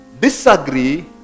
Disagree